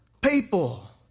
People